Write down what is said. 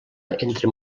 entre